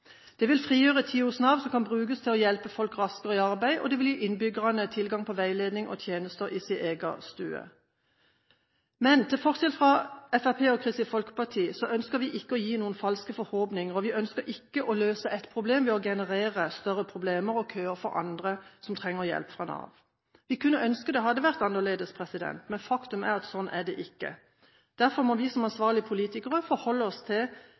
Det vil frigjøre tid hos Nav som kan brukes til å hjelpe folk raskere i arbeid, og det vil gi innbyggerne tilgang til veiledning og tjenester i sin egen stue. Men til forskjell fra Fremskrittspartiet og Kristelig Folkeparti ønsker vi ikke å gi noen falske forhåpninger, og vi ønsker ikke å løse ett problem ved å generere større problemer og køer for andre som trenger hjelp fra Nav. Vi kunne ønske at det hadde vært annerledes, men faktum er at sånn er det ikke. Derfor må vi som ansvarlige politikere forholde oss til